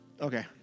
Okay